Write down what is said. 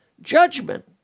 judgment